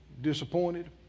disappointed